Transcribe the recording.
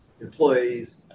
employees